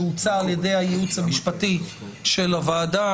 שהוצע על ידי הייעוץ המשפטי של הוועדה,